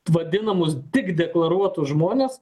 vadinamus tik deklaruotus žmones